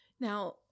Now